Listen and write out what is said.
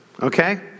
okay